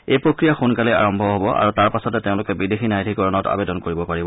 এই প্ৰক্ৰিয়া সোনকালেই আৰম্ভ হ'ব আৰু তাৰ পাছতে তেওঁলোকে বিদেশী ন্যায়াধিকৰণত আবেদন কৰিব পাৰিব